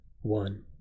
One